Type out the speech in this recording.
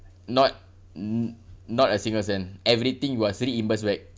not n~ not a single cent everything was reimbursed back